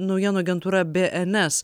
naujienų agentūra bns